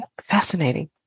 fascinating